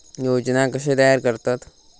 योजना कशे तयार करतात?